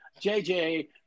JJ